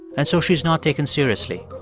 and so she's not taken seriously.